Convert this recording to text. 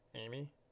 Amy